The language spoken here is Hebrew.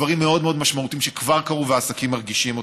דברים מאוד מאוד משמעותיים שכבר קרו והעסקים מרגישים אותם,